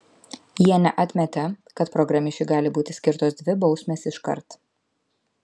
jie neatmetė kad programišiui gali būti skirtos dvi bausmės iškart